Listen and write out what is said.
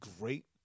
great